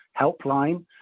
helpline